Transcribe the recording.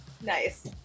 nice